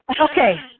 Okay